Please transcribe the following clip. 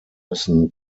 müssen